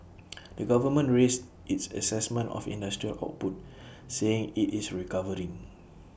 the government raised its Assessment of industrial output saying IT is recovering